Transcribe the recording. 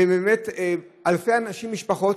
ובאמת אלפי משפחות,